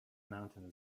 mountain